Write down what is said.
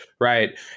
right